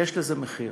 יש לזה מחיר.